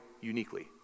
uniquely